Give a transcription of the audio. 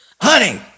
Honey